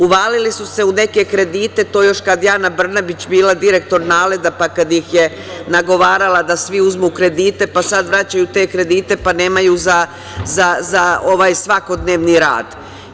Uvalili su se u neke kredite, to je još kada je Ana Brnabić bila direktor NALED-a, pa kada ih je nagovarala da svi uzmu kredite, pa sada vraćaju te kredite, pa nemaju za svakodnevni rad.